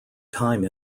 time